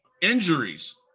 injuries